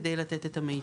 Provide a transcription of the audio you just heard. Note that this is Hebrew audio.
כדי לתת את המיטב.